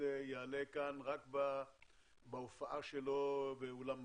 שזה יעלה כאן רק בהופעה שלו באולם מלא,